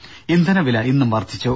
ദേദ ഇന്ധന വില ഇന്നും വർധിച്ചു